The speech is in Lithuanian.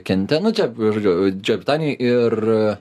kenten nu čia žodžiu didžiojoj britanijoj ir